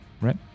Right